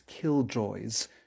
killjoys